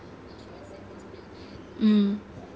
mm